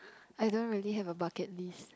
I don't really have a bucket list